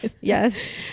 Yes